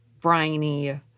briny